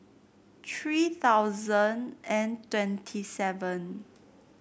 three thousand and twenty seven